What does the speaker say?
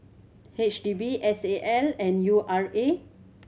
H D B S A L and U R A